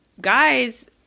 guys